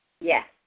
Yes